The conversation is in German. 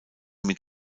mit